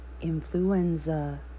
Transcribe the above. influenza